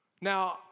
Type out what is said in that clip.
Now